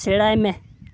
ᱥᱮᱬᱟᱭᱢᱮ